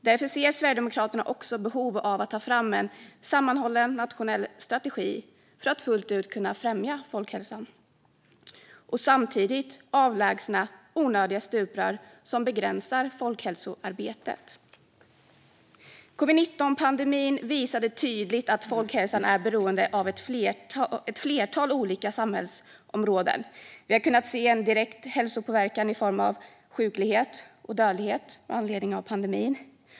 Därför ser Sverigedemokraterna också behov av att ta fram en sammanhållen nationell strategi för att fullt ut kunna främja folkhälsan och samtidigt avlägsna onödiga stuprör som begränsar folkhälsoarbetet. Covid-19-pandemin visade tydligt att folkhälsan är beroende av ett flertal olika samhällsområden. Vi har kunnat se en direkt hälsopåverkan i form av sjuklighet och dödlighet med anledning av pandemin.